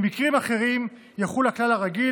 במקרים אחרים יחול הכלל הרגיל,